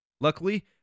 Luckily